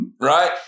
right